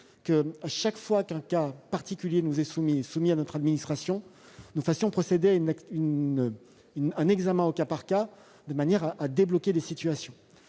que, chaque fois qu'un cas particulier est soumis à notre administration, nous fassions procéder à un examen au cas par cas, de manière à débloquer des situations.